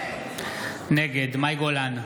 נגד מאי גולן,